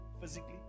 physically